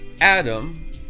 Adam